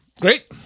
Great